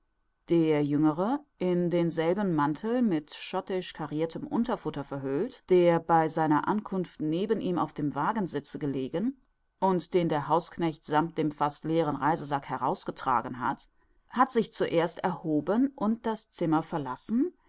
der jüngere in denselben mantel mit schottisch carrirtem unterfutter verhüllt der bei seiner ankunft neben ihm auf dem wagensitze gelegen und den der hausknecht sammt dem fast leeren reisesack herausgetragen hat sich zuerst erhoben und das zimmer verlassen